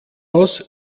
aus